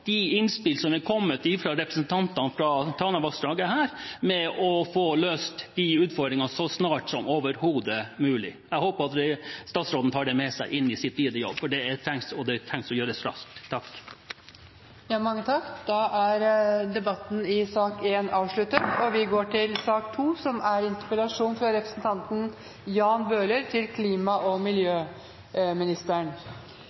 de innspill som er kommet fra representanter fra Tanavassdraget, for å få løst de utfordringene så snart som overhodet mulig. Jeg håper at statsråden tar det med seg inn i det videre arbeidet, for det trengs å gjøres raskt. Flere har ikke bedt om ordet til sak nr. 1. I går